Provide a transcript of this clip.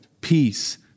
peace